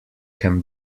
can